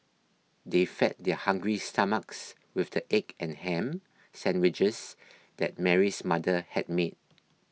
they fed their hungry stomachs with the egg and ham sandwiches that Mary's mother had made